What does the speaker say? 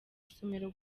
isomero